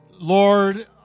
Lord